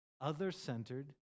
other-centered